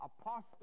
apostate